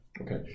Okay